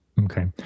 okay